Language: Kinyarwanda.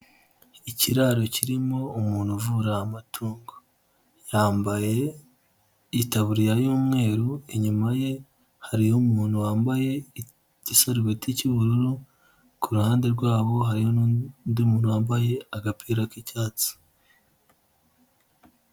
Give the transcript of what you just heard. Ikiraro kirimo umuntu uvura amatongo, yambaye itaburiya y'umweru, inyuma ye hariyo umuntu wambaye igisarurwati cy'ubururu, ku ruhande rwabo hari n'undi muntu wambaye agapira k'icyatsi.